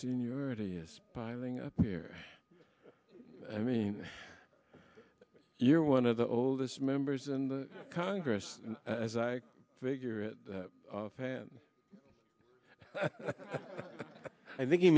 senior it is piling up here i mean you're one of the oldest members in the congress as i figure it out of hand i think he